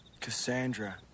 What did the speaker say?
Cassandra